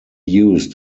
used